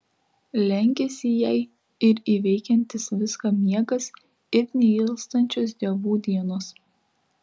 lenkiasi jai ir įveikiantis viską miegas ir neilstančios dievų dienos